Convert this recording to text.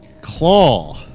Claw